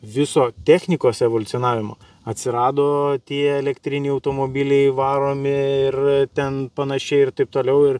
viso technikos evoliucionavimo atsirado tie elektriniai automobiliai varomi ir ten panašiai ir taip toliau ir